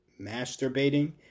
masturbating